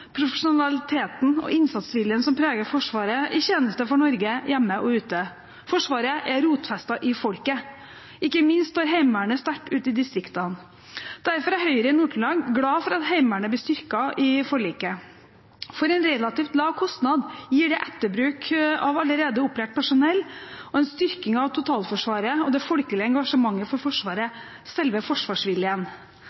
profesjonaliteten og innsatsviljen som preger Forsvaret i tjeneste for Norge hjemme og ute. Forsvaret er rotfestet i folket. Ikke minst står Heimevernet sterkt ute i distriktene. Derfor er Høyre i Nord-Trøndelag glad for at Heimevernet blir styrket i forliket. For en relativt lav kostnad gir det etterbruk av allerede opplært personell og en styrking av totalforsvaret og det folkelige engasjementet for Forsvaret,